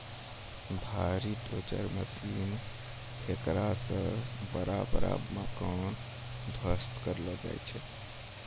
भारी dozer machine हेकरा से बड़ा बड़ा मकान ध्वस्त करलो जाय छै